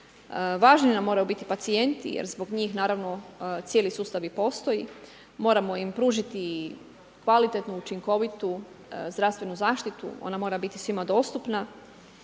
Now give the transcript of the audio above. Važni nam moraju biti pacijenti jer zbog njih naravno cijeli sustav i postoji. Moramo im pružiti i kvalitetnu učinkovitu zdravstvenu zaštitu, ona mora biti svima dostupna.